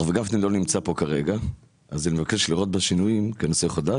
הרב גפני לא נמצא פה כרגע אז אני מבקש לראות בשינויים כנושא חדש,